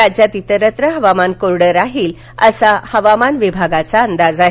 राज्यात इतरत्र हवामान कोरडं राहील असा हवामान विभागाचा अंदाज आहे